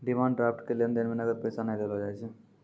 demand draft के लेन देन मे नगद पैसा नै देलो जाय छै